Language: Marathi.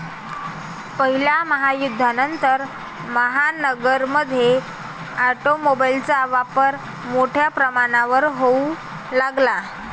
पहिल्या महायुद्धानंतर, महानगरांमध्ये ऑटोमोबाइलचा वापर मोठ्या प्रमाणावर होऊ लागला